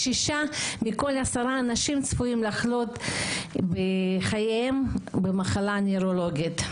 שישה מכל עשרה אנשים צפויים לחלות בחייהם במחלה נוירולוגית.